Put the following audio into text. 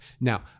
now